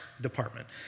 department